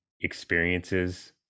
experiences